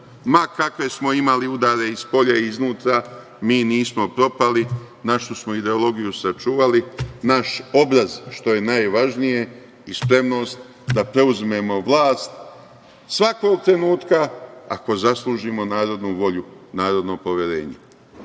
ma kakve smo imali udare spolja i iznutra, mi nismo propali, našu smo ideologiju sačuvali, naš obraz, što je najvažnije, i spremnost da preuzmemo vlast svakog trenutka, ako zaslužimo narodnu volju, narodno poverenje.